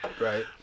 Right